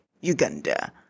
Uganda